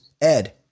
Ed